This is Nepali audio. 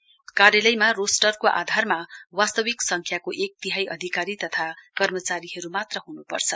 तर कार्यलयमा रोस्टरको आधारमा वास्तविक तर संख्याको एक तिहाई अधिकारी तथा कर्मचारीहरू मात्र हुनुपर्छ